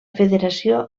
federació